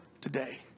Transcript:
today